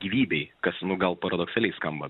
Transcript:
gyvybei kas nu gal paradoksaliai skamba